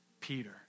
Peter